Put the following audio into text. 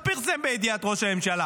לא פרסם בידיעת ראש הממשלה,